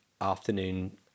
afternoon